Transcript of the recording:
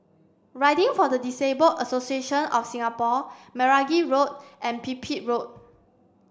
riding for the Disabled Association of Singapore Meragi Road and Pipit Road